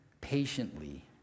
patiently